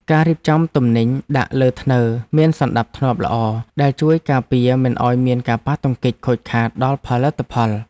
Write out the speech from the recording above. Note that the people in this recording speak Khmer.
ការរៀបចំទំនិញដាក់លើធ្នើរមានសណ្តាប់ធ្នាប់ល្អដែលជួយការពារមិនឱ្យមានការប៉ះទង្គិចខូចខាតដល់ផលិតផល។